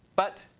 but,